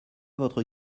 votre